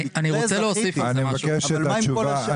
מה עם כל השאר?